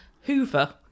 Hoover